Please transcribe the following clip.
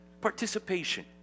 Participation